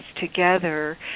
together